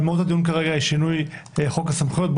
אבל מהות הדיון כרגע היא שינוי חוק הסמכויות.